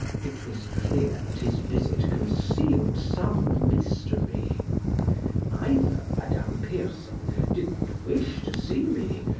it was clear that his visit concealed some mystery either madame pierson did not wish to see me,